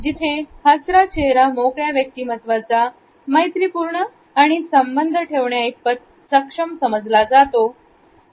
जिथे हसरा चेहरा मोकळ्या व्यक्तिमत्त्वाचा मैत्रीपूर्ण संबंध ठेवण्या इतपत सक्षम समजला जातो